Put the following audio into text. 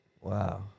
wow